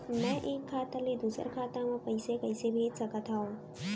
मैं एक खाता ले दूसर खाता मा पइसा कइसे भेज सकत हओं?